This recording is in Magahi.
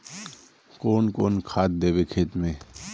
कौन कौन खाद देवे खेत में?